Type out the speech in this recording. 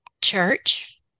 church